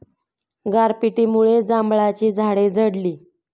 गारपिटीमुळे जांभळाची झाडे झडली